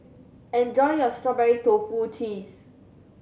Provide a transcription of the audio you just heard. enjoy your strawberry tofu cheese